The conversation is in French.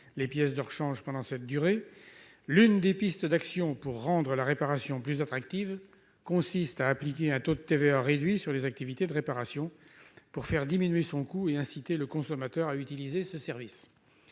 les pièces de rechange pendant cette durée -, l'une des pistes d'action pour rendre la réparation plus attractive consiste à appliquer un taux de TVA réduit sur les activités de réparation, afin de faire diminuer son coût et inciter le consommateur à utiliser ce service.